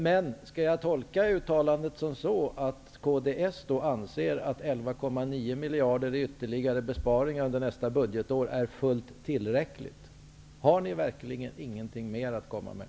Men skall jag tolka uttalandet så, att kds anser att 11,9 miljarder kronor i ytterligare besparingar under nästa budgetår är fullt tillräckligt? Har ni verkligen inget mer att komma med?